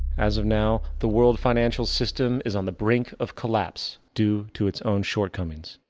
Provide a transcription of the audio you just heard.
as of now, the world financial system is on the brink of collapse due to it's own shortcomings.